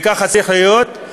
וככה צריך להיות.